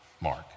Mark